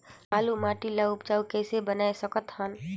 बलुही माटी ल उपजाऊ कइसे बनाय सकत हन?